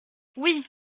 oui